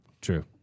True